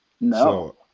No